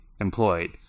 employed